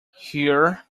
here